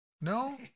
No